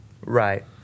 Right